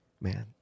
man